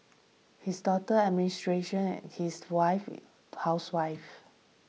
his daughter administration and his wife housewife